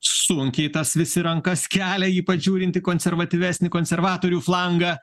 sunkiai tas visi rankas kelia ypač žiūrint į konservatyvesnį konservatorių flangą